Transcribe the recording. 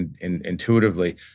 intuitively